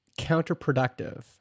Counterproductive